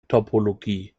topologie